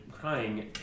crying